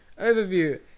Overview